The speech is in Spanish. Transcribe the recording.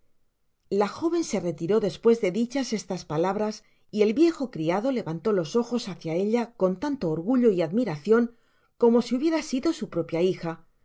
la joven se retiró despues de dichas estas palabras y el viejo criado levantó los ojos hacia ella con tanto orgullo y admiracion como si hubiera sido su propia hija